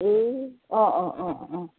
ए अँ अँ अँ अँ